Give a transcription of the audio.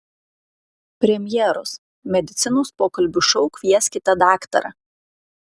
premjeros medicinos pokalbių šou kvieskite daktarą